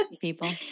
people